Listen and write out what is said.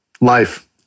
Life